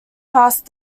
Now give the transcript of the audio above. passed